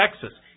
Texas